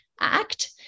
act